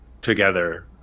together